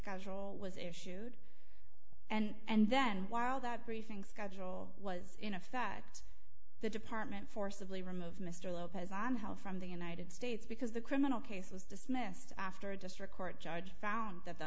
schedule was issued and then while that briefing schedule was in effect the department forcibly remove mr lopez on help from the united states because the criminal case was dismissed after a district court judge found that the